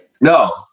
No